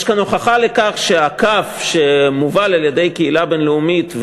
יש כאן הוכחה לכך שהקו שמובל על-ידי הקהילה הבין-לאומית,